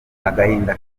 agahinda